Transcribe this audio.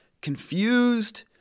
confused